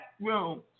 room